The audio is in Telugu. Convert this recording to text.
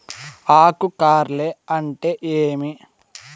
ఆకు కార్ల్ అంటే ఏమి?